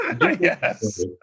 Yes